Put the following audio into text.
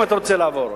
אם אתה רוצה לעבור.